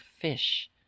fish